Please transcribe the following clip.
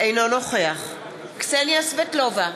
אינו נוכח קסניה סבטלובה,